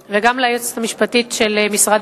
אובדן זמן וגם הפסד של השתכרות